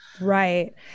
right